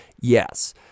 Yes